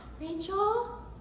Rachel